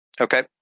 Okay